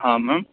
हँ मैम